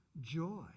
joy